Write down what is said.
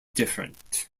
different